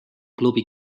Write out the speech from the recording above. klubi